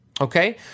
okay